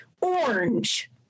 orange